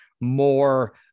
more